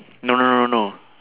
no no no no no